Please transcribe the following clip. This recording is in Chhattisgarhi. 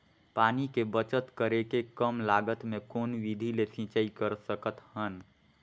पानी के बचत करेके कम लागत मे कौन विधि ले सिंचाई कर सकत हन?